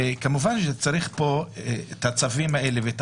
כמובן שצריך פה את הצווים האלה ואת